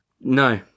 No